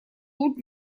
тут